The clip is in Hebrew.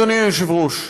אדוני היושב-ראש,